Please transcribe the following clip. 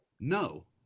No